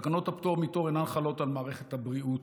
תקנות הפטור מתור אינן חלות על מערכת הבריאות,